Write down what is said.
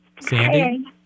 Sandy